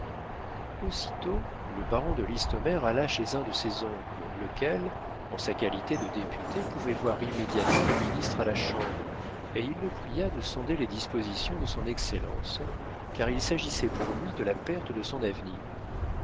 aussitôt le baron de listomère alla chez un de ses oncles lequel en sa qualité de député pouvait voir immédiatement le ministre à la chambre et il le pria de sonder les dispositions de son excellence car il s'agissait pour lui de la perte de son avenir